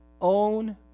own